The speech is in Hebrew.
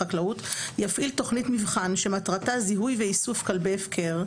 יפעיל תכנית מבחן שמטרתה זיהוי ואיסוף כלבי הפקר,